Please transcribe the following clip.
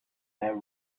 that